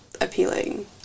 appealing